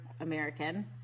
American